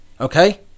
okay